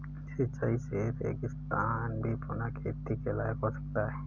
सिंचाई से रेगिस्तान भी पुनः खेती के लायक हो सकता है